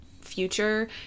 future